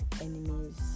enemies